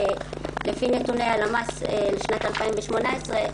לפי נתוני הלמ"ס לשנת 2018,